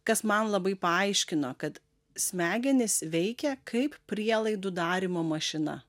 kas man labai paaiškino kad smegenys veikia kaip prielaidų darymo mašina